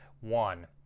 one